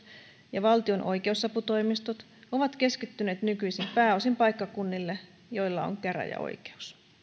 ja valtion oikeusaputoimistot ovat keskittyneet nykyisin pääosin paikkakunnille joilla on käräjäoikeus